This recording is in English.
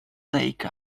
take